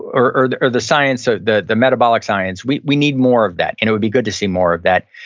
or the or the science, so the the metabolic science, we we need more of that and it would be good to see more of that.